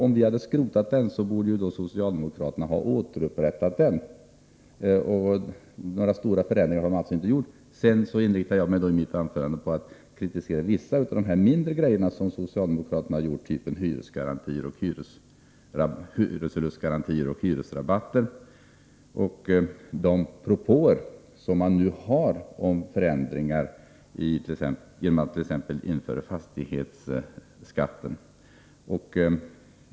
Om vi hade skrotat den, borde ju socialdemokraterna ha återupprättat den, men några sådana förändringar har de alltså inte gjort. I mitt anförande inriktade jag mig vidare på att kritisera vissa av de mindre saker som socialdemokraterna har infört, såsom hyresgarantier och hyresrabatter, och de propåer som de nu har ställt, t.ex. att införa fastighetsskatten.